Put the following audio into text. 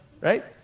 Right